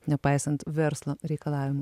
nepaisant verslo reikalavimų